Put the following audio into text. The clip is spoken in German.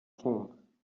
rom